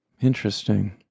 Interesting